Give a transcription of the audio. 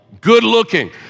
good-looking